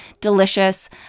Delicious